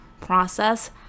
process